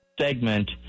segment